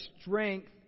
strength